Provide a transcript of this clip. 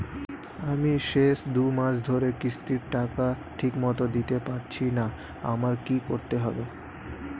আমি শেষ দুমাস ধরে কিস্তির টাকা ঠিকমতো দিতে পারছিনা আমার কি করতে হবে?